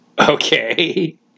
Okay